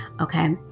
okay